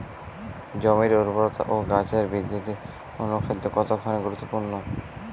জমির উর্বরতা ও গাছের বৃদ্ধিতে অনুখাদ্য কতখানি গুরুত্বপূর্ণ?